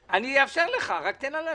ינון, אני אאפשר לך, רק תן לה להשלים.